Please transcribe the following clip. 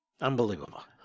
Unbelievable